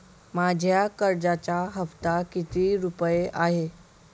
माझ्या कर्जाचा हफ्ता किती रुपये आहे?